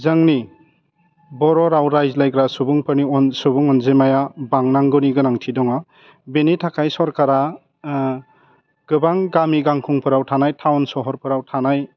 जोंनि बर' राव रायज्लायग्रा सुबुंफोरनि अन सुबुं अनजिमाया बांनांगौनि गोनांथि दङ बिनि थाखाय सरकारा गोबां गामि गांखंफोराव थानाय टाउन सहरफोराव थानाय